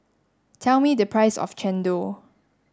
tell me the price of Chendol